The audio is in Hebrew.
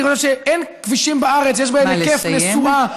אני חושב שאין כבישים בארץ שיש בהם היקף נסועה,